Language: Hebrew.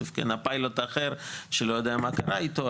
הפיילוט האחר שלא יודע מה קרה איתו,